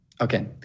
Okay